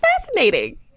fascinating